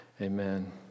amen